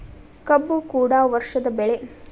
ಕಬ್ಬು ಕೂಡ ವರ್ಷದ ಬೆಳೆ